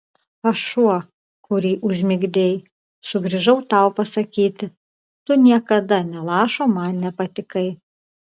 aš šuo kurį užmigdei sugrįžau tau pasakyti tu niekada nė lašo man nepatikai